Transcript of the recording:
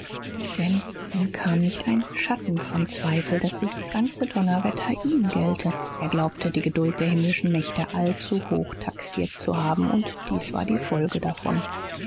denn ihm kam nicht ein schatten von zweifel daß dieses ganze donnerwetter ihm gelte er glaubte die geduld der himmlischen mächte allzuhoch taxiert zu haben und dies war die folge davon